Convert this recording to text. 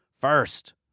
first